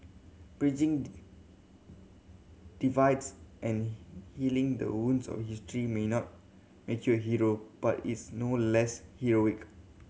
bridging divides and healing the wounds of history may not make you Hero but it's no less heroic